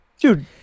dude